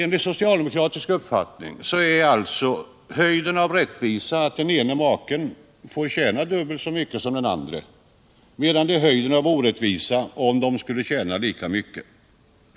Enligt socialdemokratisk uppfattning är det alltså höjden av rättvisa att den ena maken tjänar dubbelt så mycket som den andra, medan det är höjden av orättvisa om de skulle tjäna lika mycket.